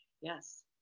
Yes